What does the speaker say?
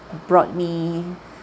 brought me